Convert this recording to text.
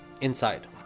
Inside